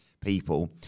people